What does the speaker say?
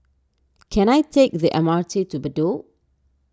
can I take the M R T to Bedok